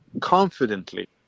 confidently